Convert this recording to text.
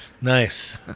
Nice